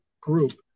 group